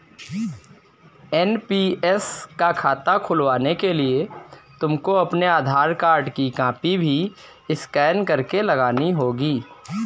NPS का खाता खुलवाने के लिए तुमको अपने आधार कार्ड की कॉपी भी स्कैन करके लगानी होगी